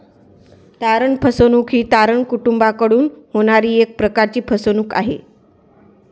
तारण फसवणूक ही तारण कुटूंबाकडून होणारी एक प्रकारची फसवणूक आहे